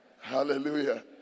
Hallelujah